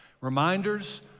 reminders